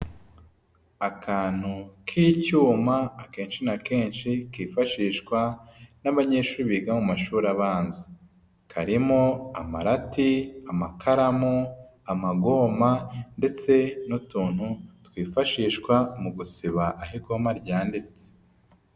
Akantu k'icyuma akenshi na kenshi kifashishwa n'abanyeshuri biga mu mashuri abanza. Karimo: amarati, amakaramu, amagoma ndetse n'utuntu twifashishwa mu gusiba aho igoma ryanditse.